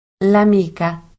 L'amica